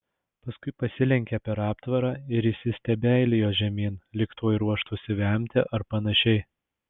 paskui pasilenkė per aptvarą ir įsistebeilijo žemyn lyg tuoj ruoštųsi vemti ar panašiai